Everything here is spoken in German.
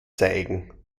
zeigen